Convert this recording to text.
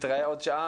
נתראה עוד שעה,